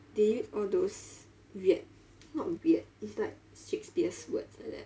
they use all those weird not weird it's like shakespeare's words like that